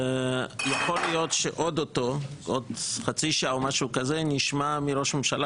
יכול להיות שעוד חצי שעה או משהו כזה נשמע מראש הממשלה